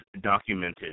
documented